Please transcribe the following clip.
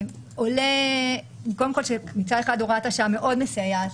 עולה קודם כל שמצד אחד הוראת השעה מסייעת מאוד